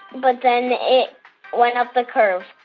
but then it went up the curve.